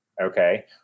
Okay